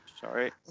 Sorry